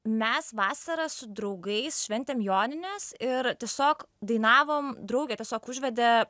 mes vasarą su draugais šventėm jonines ir tiesiog dainavom draugė tiesiog užvedė